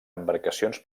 embarcacions